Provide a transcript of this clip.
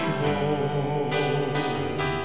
home